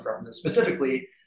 specifically